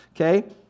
okay